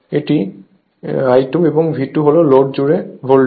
এখানে I2 এবং V2 হল লোড জুড়ে ভোল্টেজ